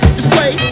Display